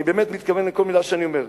אני באמת מתכוון למה שאני אומר,